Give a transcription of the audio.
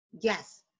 Yes